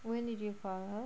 where did you call her